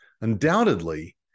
Undoubtedly